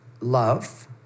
love